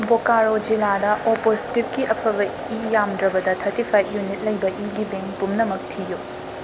ꯕꯣꯀꯥꯔꯣ ꯖꯤꯂꯥꯗ ꯑꯣ ꯄꯣꯁꯇꯤꯕꯒꯤ ꯑꯐꯕ ꯏ ꯌꯥꯝꯗ꯭ꯔꯕꯗ ꯊꯔꯇꯤ ꯐꯥꯏꯕ ꯌꯨꯅꯤꯠ ꯂꯩꯕ ꯏꯒꯤ ꯕꯦꯡ ꯄꯨꯝꯅꯃꯛ ꯊꯤꯌꯨ